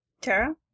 Tara